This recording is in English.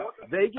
Vegas